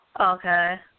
Okay